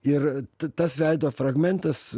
ir t tas veido fragmentas